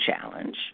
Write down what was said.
challenge